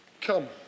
Come